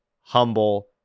humble